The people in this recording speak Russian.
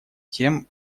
тем